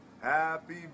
Happy